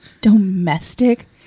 Domestic